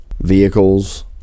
Vehicles